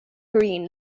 green